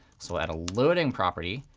so we'll add a loading property.